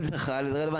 אם זה חל זה רלוונטי.